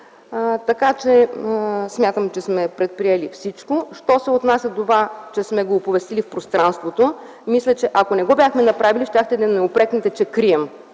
Смятам, че сме предприели всичко. Що се отнася до оповестяването в пространството, мисля, че ако не го бяхме направили, щяхте да ни упрекнете, че крием.